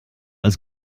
als